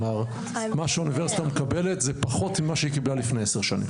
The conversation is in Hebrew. כלומר מה שהאוניברסיטה מקבלת זה פחות ממה שהיא קיבלה לפני עשר שנים,